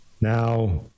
now